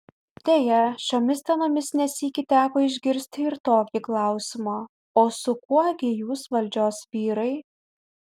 deja šiomis dienomis ne sykį teko išgirsti ir tokį klausimą o su kuo gi jūs valdžios vyrai